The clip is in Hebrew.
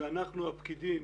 ואנחנו הפקידים,